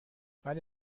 ولی